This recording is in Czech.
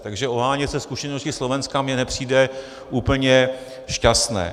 Takže ohánět se zkušeností Slovenska mně nepřijde úplně šťastné.